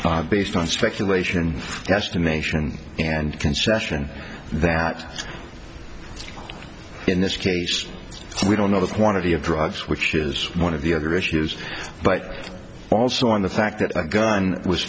based on speculation estimation and concession that in this case we don't know the quantity of drugs which is one of the other issues but also on the fact that a gun was